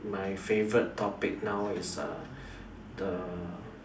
my favorite topic now is err the